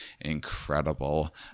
incredible